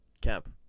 camp